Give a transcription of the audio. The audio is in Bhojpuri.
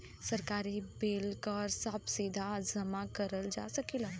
सरकारी बिल कर सभ सीधा जमा करल जा सकेला